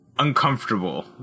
uncomfortable